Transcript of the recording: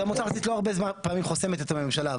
והמועצה הארצית לא הרבה פעמים חוסמת את הממשלה,